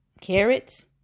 carrots